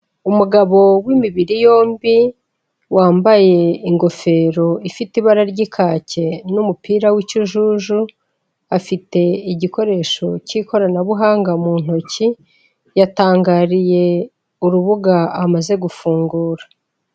Umugabo w'imibiri yombi wambaye ingofero ifite ibara ry'ikake n'umupira w'ikijuju, afite igikoresho cy'ikoranabuhanga mu ntoki, yatangariye urubuga amaze gufungura.